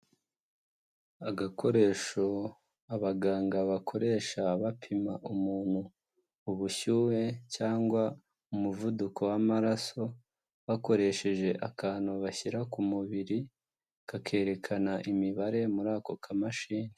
Agakoresho abaganga bakoresha bapima umuntu ubushyuhe cyangwa umuvuduko w'amaraso, bakoresheje akantu bashyira ku mubiri, kakerekana imibare muri ako kamashini.